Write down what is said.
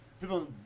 people